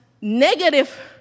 negative